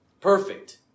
Perfect